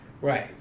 Right